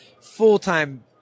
full-time